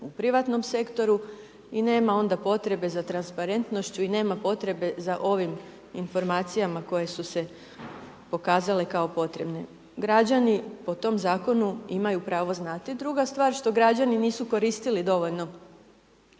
u privatnom sektoru i nema onda potrebe za transparentnošću i nema potrebe za ovim informacijama koje su se pokazale kao potrebnim. Građani po tom Zakonu imaju pravo znati. Druga stvar, što građani nisu koristili dovoljno